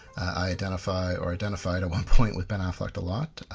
i identify, or identified at one point with ben affleck a lot,